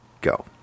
go